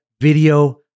video